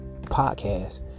podcast